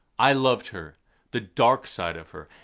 i loved her the dark side of her.